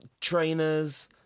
Trainers